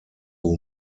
who